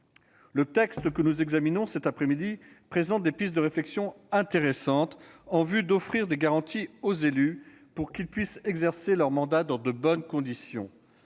Le texte que nous examinons cet après-midi présente des pistes de réflexion intéressantes en vue d'offrir des garanties aux élus pour qu'ils puissent exercer leur mandat dans de bonnes conditions.